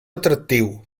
atractiu